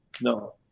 No